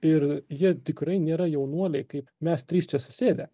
ir jie tikrai nėra jaunuoliai kaip mes trys čia susėdę